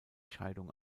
scheidung